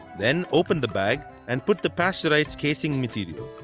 then open the bag and put the pasteurized casing material.